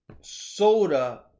soda